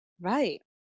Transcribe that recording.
Right